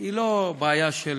היא לא בעיה של